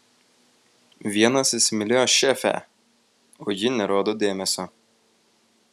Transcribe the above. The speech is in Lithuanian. vienas įsimylėjo šefę o ji nerodo dėmesio